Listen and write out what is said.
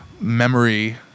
memory